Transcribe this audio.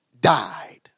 died